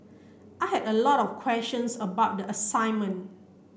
I had a lot of questions about the assignment